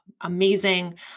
amazing